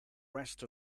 rest